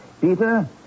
Peter